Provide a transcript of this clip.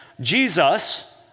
Jesus